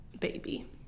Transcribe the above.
Baby